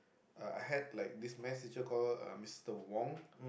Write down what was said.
uh I had like this maths teacher called Mister-Wong